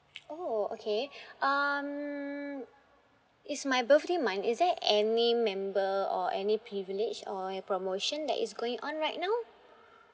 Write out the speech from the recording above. oh okay um it's my birthday month is there any member or any privilege or a promotion that is going on right now